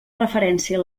referència